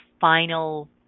final